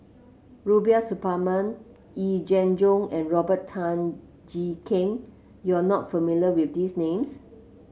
Rubiah Suparman Yee Jenn Jong and Robert Tan Jee Keng you are not familiar with these names